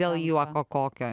dėl juoko kokio